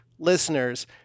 listeners